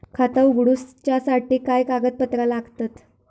खाता उगडूच्यासाठी काय कागदपत्रा लागतत?